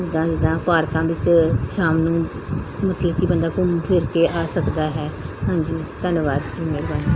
ਜਿੱਦਾਂ ਜਿੱਦਾਂ ਪਾਰਕਾਂ ਵਿੱਚ ਸ਼ਾਮ ਨੂੰ ਮਤਲਬ ਕਿ ਬੰਦਾ ਘੁੰਮ ਫਿਰ ਕੇ ਆ ਸਕਦਾ ਹੈ ਹਾਂਜੀ ਧੰਨਵਾਦ ਜੀ ਮਿਹਰਬਾਨੀ